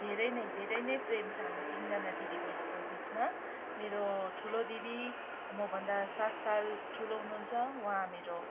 धेरै नै धेरै नै प्रेम छ हामी तिनजना दिदी बहिनीको बिचमा मेरो ठुलो दिदी मभन्दा सात साल ठुलो हुनुहुन्छ उहाँ मेरो